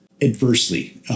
adversely